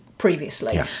previously